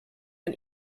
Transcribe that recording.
ein